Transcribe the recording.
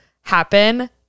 happen